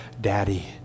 Daddy